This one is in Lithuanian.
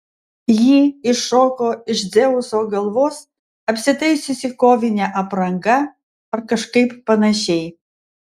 ji iššoko iš dzeuso galvos apsitaisiusi kovine apranga ar kažkaip panašiai